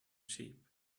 sheep